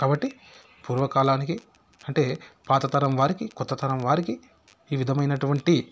కాబట్టి పూర్వకాలానికి అంటే పాత తరం వారికి కొత్త తరం వారికి ఈ విధమైనటువంటి